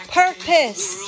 purpose